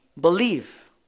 believe